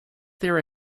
there